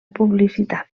publicitat